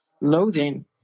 loathing